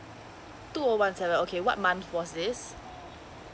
two O one seven okay what month was this